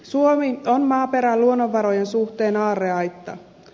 suomi on maaperän luonnonvarojen suhteen aarreaitta